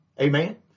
Amen